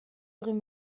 egin